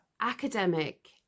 academic